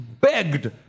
begged